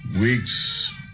weeks